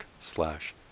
slash